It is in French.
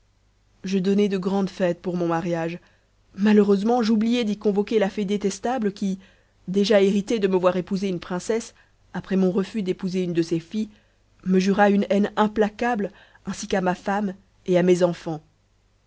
je donnai de grandes fêtes pour mon mariage malheureusement j'oubliai d'y convoquer la fée détestable qui déjà irritée de me voir épouser une princesse après mon refus d'épouser une de ses filles me jura une haine implacable ainsi qu'à ma femme et à mes enfants